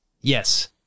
Yes